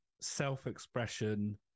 self-expression